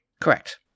Correct